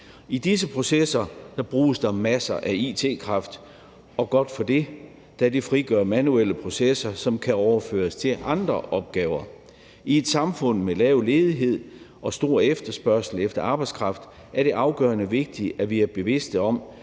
I disse processer bruges der masser af it-kraft, og godt for det, da det frigør manuelle processer, som kan overføres til andre opgaver. I et samfund med lav ledighed og stor efterspørgsel efter arbejdskraft er det afgørende vigtigt, at vi er bevidste om,